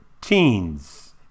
teens